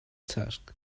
task